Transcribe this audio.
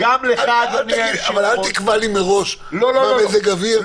אבל אל תקבע לי מראש מה מזג האוויר,